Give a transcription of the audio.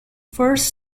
first